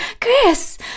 Chris